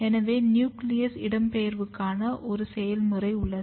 எனவே நியூக்ளியஸ் இடம்பெயர்வுக்கான ஒரு செயல்முறை உள்ளது